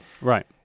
Right